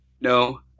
No